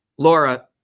Laura